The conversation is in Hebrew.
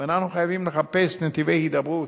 ואנחנו חייבים לחפש נתיבי הידברות,